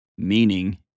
Meaning